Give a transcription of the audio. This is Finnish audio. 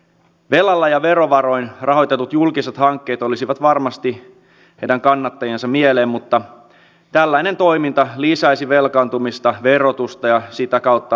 velalla ja verovaroin rahoitetut julkiset hankkeet olisivat varmasti heidän kannattajiensa mieleen mutta tällainen toiminta lisäisi velkaantumista verotusta ja sitä kautta kansalaisten ahdinkoa